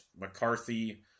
McCarthy